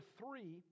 three